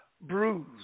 bruised